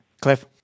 Cliff